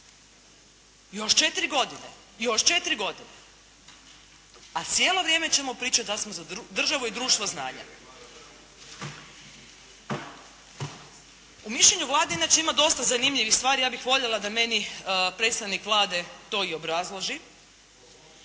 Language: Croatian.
to razmotriti. Još četiri godine, a cijelo vrijeme ćemo pričati da smo za državu i društvo znanja. U mišljenju Vlade inače ima dosta zanimljivih stvari, ja bih voljela da meni predstavnik Vlade to i obrazloži.